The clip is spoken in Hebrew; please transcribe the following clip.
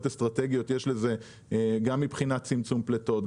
אסטרטגיות יש לזה גם מבחינת צמצום פליטות,